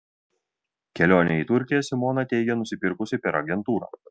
kelionę į turkiją simona teigia nusipirkusi per agentūrą